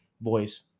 voice